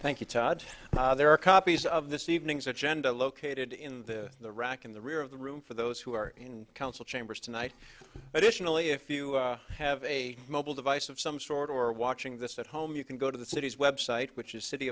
thank you tod there are copies of this evening's agenda located in the the rock in the rear of the room for those who are in council chambers tonight additionally if you have a mobile device of some sort or watching this at home you can go to the city's website which is city